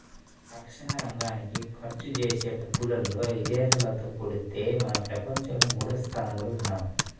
రక్షణరంగానికి ఖర్చుజేసే డబ్బుల్లో ఇదేశాలతో పోలిత్తే మనం ప్రపంచంలో మూడోస్థానంలో ఉన్నాం